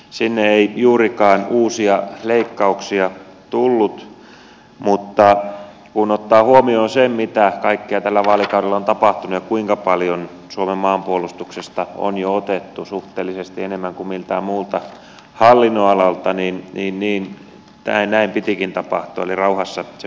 sinne ei juurikaan uusia leikkauksia tullut mutta kun ottaa huomioon sen mitä kaikkea tällä vaalikaudella on tapahtunut ja kuinka paljon suomen maanpuolustuksesta on jo otettu suhteellisesti enemmän kuin miltään muulta hallinnonalalta niin näin pitikin tapahtua eli rauhassa sen piti olla